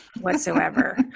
whatsoever